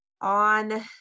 on